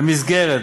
במסגרת,